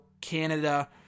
Canada